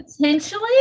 Potentially